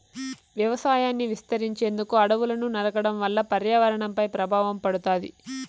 వ్యవసాయాన్ని విస్తరించేందుకు అడవులను నరకడం వల్ల పర్యావరణంపై ప్రభావం పడుతాది